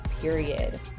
period